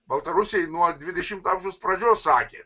baltarusiai nuo dvidešimto amžiaus pradžios sakė